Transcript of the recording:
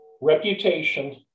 reputation